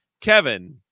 Kevin